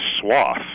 swath